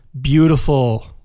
beautiful